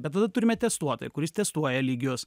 bet tada turime testuotoją kuris testuoja lygius